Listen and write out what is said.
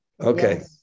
Okay